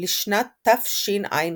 לשנת תשע"ח.